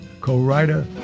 co-writer